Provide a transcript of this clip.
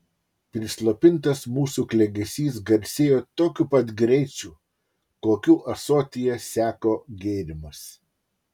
prislopintas mūsų klegesys garsėjo tokiu pat greičiu kokiu ąsotyje seko gėrimas